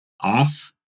off